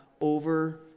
over